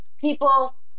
people